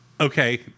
Okay